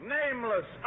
nameless